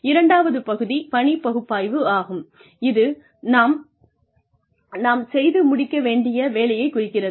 இரண்டாவது பகுதி பணி பகுப்பாய்வு ஆகும் இது நாம் செய்து முடிக்க வேண்டிய வேலையைக் குறிக்கிறது